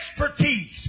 expertise